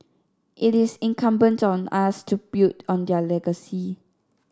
it is incumbent on us to build on their legacy